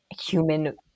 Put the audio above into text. human